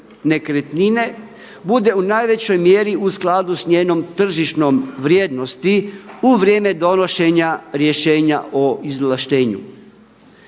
nekretnine bude u najvećoj mjeri u skladu sa njenom tržišnom vrijednosti u vrijeme donošenja rješenja o izvlaštenju.